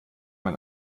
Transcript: man